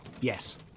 Yes